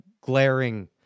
glaring